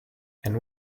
and